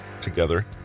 together